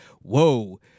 whoa